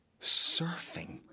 surfing